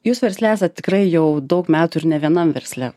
jūs versle esat tikrai jau daug metų ir ne vienam versle